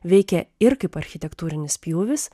veikė ir kaip architektūrinis pjūvis